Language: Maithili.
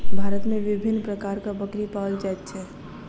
भारत मे विभिन्न प्रकारक बकरी पाओल जाइत छै